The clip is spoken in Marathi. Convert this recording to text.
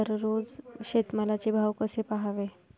दररोज शेतमालाचे भाव कसे पहावे?